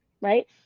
right